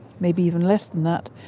maybe even less than that,